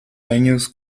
años